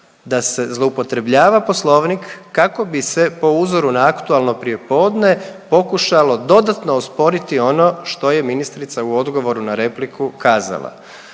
da se zloupotrebljava poslovnik kako bi se po uzoru na aktualno prijepodne pokušalo dodatno osporiti ono što je ministrica u odgovoru na repliku kazala.